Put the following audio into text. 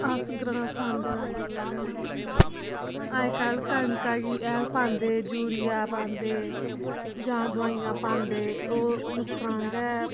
अस ग्रांऽ साम्बे दा बोला दे आं अज्जकल कनका गी हैल पांदे यूरिया पांदे जां दवाइयां पांदे ओह् नुसकान गै